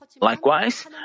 Likewise